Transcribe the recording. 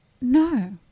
No